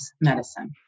medicine